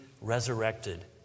resurrected